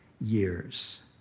years